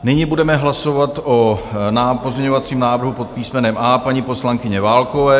Nyní budeme hlasovat o pozměňovacím návrhu pod písmenem A paní poslankyně Válkové.